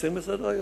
להסיר מסדר-היום.